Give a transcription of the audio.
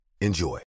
Enjoy